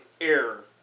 Error